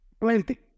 Plenty